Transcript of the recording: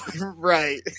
Right